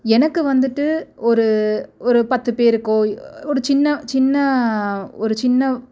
எனக்கு வந்துட்டு ஒரு ஒரு பத்து பேருக்கோ ஒரு சின்ன சின்ன ஒரு சின்ன